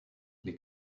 les